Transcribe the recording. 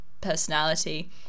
personality